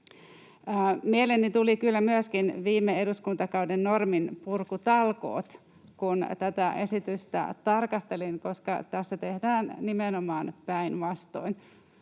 Mieleeni tulivat kyllä myöskin viime eduskuntakauden norminpurkutalkoot, kun tätä esitystä tarkastelin, koska tässä tehdään nimenomaan päinvastoin